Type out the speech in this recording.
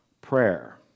Prayer